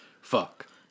Fuck